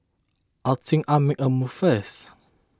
I think I'll make a move first